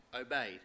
obeyed